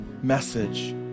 message